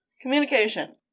Communication